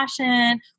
passion